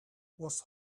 was